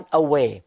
away